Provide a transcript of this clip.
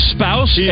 spouse